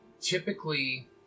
typically